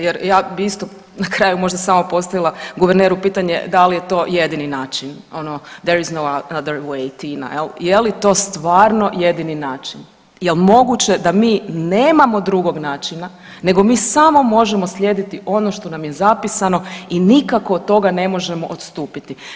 Jer ja bih isto na kraju možda samo postavila guverneru pitanje da li je to jedini način ono …/Govornica govori stranim jezikom./… je li to stvarno jedini način, jel moguće da mi nemamo drugog načina nego mi samo možemo slijediti ono što nam je zapisano i nikako od toga ne možemo odstupiti.